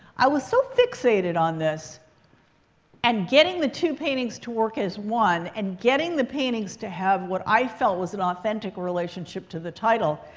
i was so fixated on this and getting the two paintings to work as one and getting the paintings to have what i felt was an authentic relationship to the title,